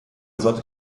sollte